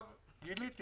גיליתי